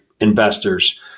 investors